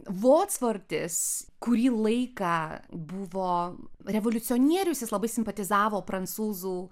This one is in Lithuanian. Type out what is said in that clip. vocvortis kurį laiką buvo revoliucionierius jis labai simpatizavo prancūzų